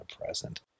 present